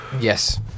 Yes